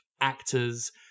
actors